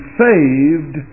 saved